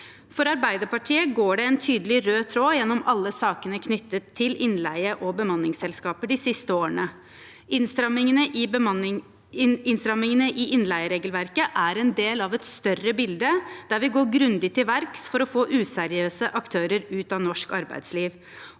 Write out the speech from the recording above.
For Arbeiderpartiet går det en tydelig rød tråd gjennom alle sakene knyttet til innleie og bemanningsselskaper de siste årene. Innstrammingene i innleieregelverket er en del av et større bilde, der vi går grundig til verks for å få useriøse aktører ut av norsk arbeidsliv.